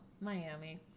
Miami